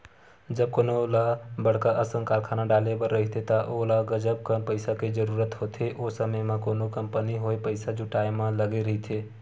जब कोनो ल बड़का असन कारखाना डाले बर रहिथे त ओला गजब कन पइसा के जरूरत होथे, ओ समे म कोनो कंपनी होय पइसा जुटाय म लगे रहिथे